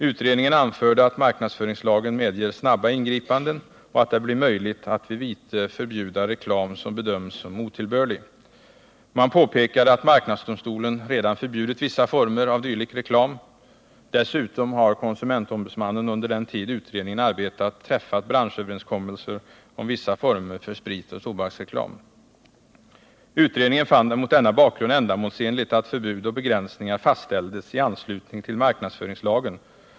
Utredningen anförde att marknadsföringslagen medger snabba ingripanden och att det blir möjligt att vid vite förbjuda reklam som bedöms som otillbörlig. Man påpekade att marknadsdomstolen redan förbjudit vissa former av dylik reklam. Dessutom har konsumentombudsmannen under den tid utredningen arbetat träffat branschöverenskommelser om vissa former för spritoch tobaksreklam. Utredningen fann det mot denna bakgrund ändamålsenligt att förbud och begränsningar fastställdes i anslutning till marknadsföringslagen.